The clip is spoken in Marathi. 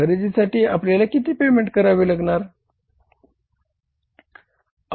खरेदीसाठी आपल्याला किती पेमेंट करावी लागेल